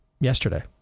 yesterday